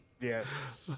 Yes